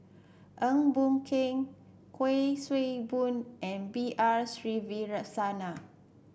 Eng Boh Kee Kuik Swee Boon and B R Sreenivasan